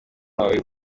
mabi